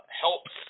helps